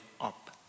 up